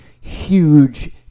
huge